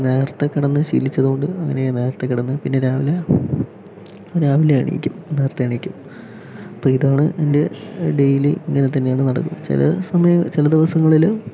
നേരത്തെ കിടന്ന് ശീലിച്ചതുകൊണ്ട് അങ്ങനെ നേരത്തേ കിടന്ന് പിന്നെ രാവിലെ രാവിലെ എണീക്കും നേരത്തേ എണീക്കും അപ്പോൾ ഇതാണ് എൻ്റെ ഡെയിലി ഇങ്ങനെത്തന്നെയാണ് നടക്കുന്നത് ചില സമയ ചില ദിവസങ്ങളിൽ